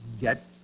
get